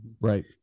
Right